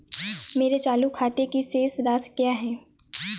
मेरे चालू खाते की शेष राशि क्या है?